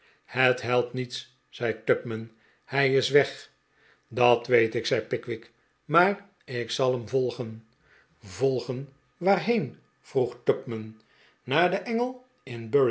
het helpt niets zei tupman hij is weg dat weet ik zei pickwick maar ik zal hem volgen volgen waarheen vroeg tupman naar de engel